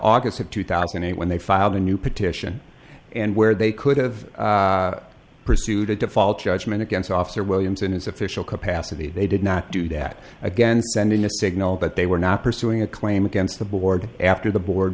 august of two thousand and eight when they filed a new petition and where they could've pursued a default judgment against officer williams in his official capacity they did not do that again sending a signal but they were not pursuing a claim against the board after the board